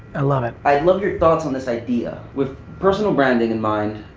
i love it. i love your thoughts on this idea. with personal branding in mind,